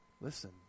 Listen